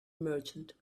merchant